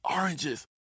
oranges